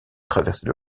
traverser